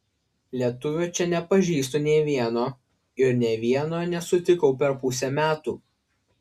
lietuvio čia nepažįstu nė vieno ir nė vieno nesutikau per pusę metų